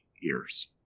years